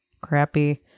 crappy